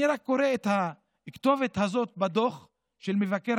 אני רק קורא את הכתובת הזאת בדוח של מבקר